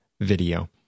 video